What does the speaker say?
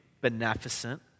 beneficent